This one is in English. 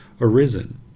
arisen